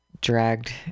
Dragged